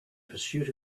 pursuit